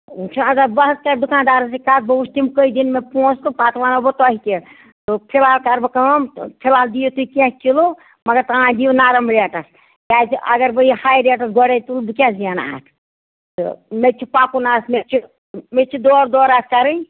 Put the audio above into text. چھُ اگر بہٕ حظ کرٕ دُکاندرَس سۭتۍ کَتھ بہٕ وٕچھ تِم کٔہۍ دِن مےٚ پونسہٕ پَتہٕ وَنو بہٕ تۄہہِ تہِ فِلحال کرٕ بہٕ کٲم فِلحال دِیو تُہۍ کیٚنہہ کِلوٗ مَگر تانۍ دِیو نَرٕم ریٹَس کیازِ اَگر بہٕ یہِ ہاے ریٹَس گۄڈَے تُلہٕ بہٕ کیاہ زینہٕ اَتھ تہٕ مےٚ تہِ چھُ پَکُن اَتھ مےٚ تہِ چھُ مےٚ تہِ چھُ دورٕ دورٕ اَتھ کَرٕنۍ